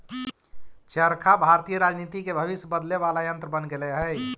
चरखा भारतीय राजनीति के भविष्य बदले वाला यन्त्र बन गेले हई